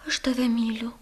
aš tave myliu